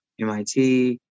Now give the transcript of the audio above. MIT